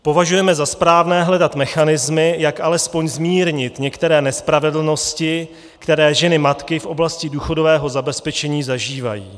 Považujeme za správné hledat mechanismy, jak alespoň zmírnit některé nespravedlnosti, které ženy matiky v oblasti důchodového zabezpečení zažívají.